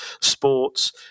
sports